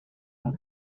were